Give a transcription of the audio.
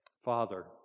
Father